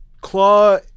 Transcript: Claw